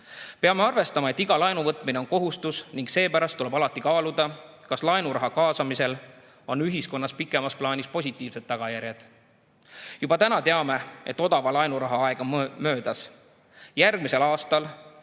Peame arvestama, et iga laenu võtmine on kohustus ning seepärast tuleb alati kaaluda, kas laenuraha kaasamisel on ühiskonnas pikemas plaanis positiivsed tagajärjed. Juba täna teame, et odava laenuraha aeg on möödas. Järgmisel aastal